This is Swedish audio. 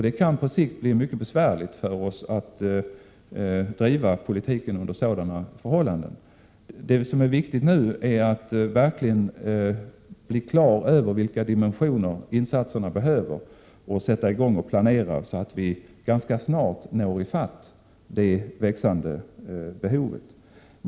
Det kan på sikt bli mycket besvärligt för oss att driva politiken under sådana förhållanden. Det som är viktigt nu är att verkligen bli klar över vilka dimensioner insatserna behöver ha och att sätta i gång att planera, så att vi ganska snart når i fatt de växande behoven.